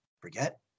Forget